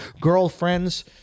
girlfriends